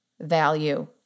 value